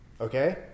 okay